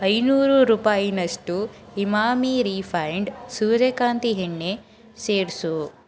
ಐನೂರು ರೂಪಾಯಿಯಷ್ಟು ಇಮಾಮಿ ರಿಫೈನ್ಡ್ ಸೂರ್ಯಕಾಂತಿ ಎಣ್ಣೆ ಸೇರಿಸು